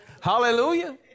Hallelujah